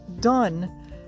done